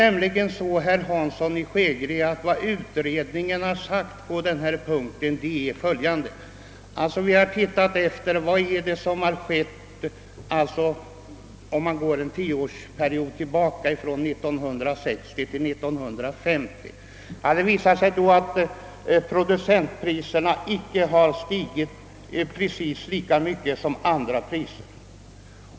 Vi har i utredningen sett efter, herr Hansson, vad som skett under tioårsperioden 1950—1960. Det visar sig att producentpriserna inte har stigit lika mycket som andra priser.